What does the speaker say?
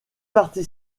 partie